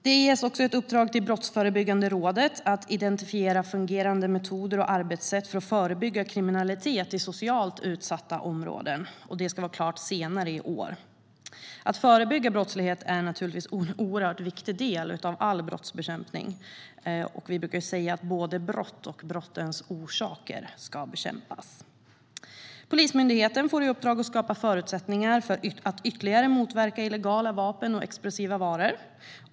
Det ges också ett uppdrag till Brottsförebyggande rådet att identifiera fungerande metoder och arbetssätt för att förebygga kriminalitet i socialt utsatta områden. Detta ska vara klart senare i år. Att förebygga brottslighet är givetvis en oerhört viktig del av all brottsbekämpning. Vi brukar säga att både brott och brottens orsaker ska bekämpas. Polismyndigheten får i uppdrag att skapa förutsättningar för att ytterligare motverka illegala vapen och explosiva varor.